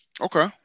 Okay